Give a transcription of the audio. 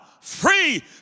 free